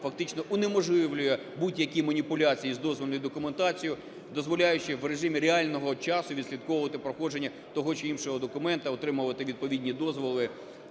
фактично унеможливлює будь-які маніпуляції з дозвільною документацією, дозволяючи в режимі реального часу відслідковувати проходження того чи іншого документу, отримувати відповідні дозволи